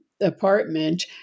apartment